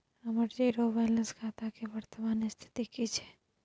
हमर zero balance खाता के वर्तमान स्थिति की छै?